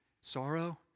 sorrow